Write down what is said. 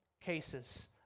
cases